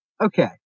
Okay